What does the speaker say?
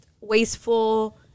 wasteful